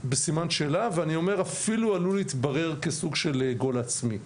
בסימן שאלה ואני אומר אפילו עלול להתברר כסוג של גול עצמי,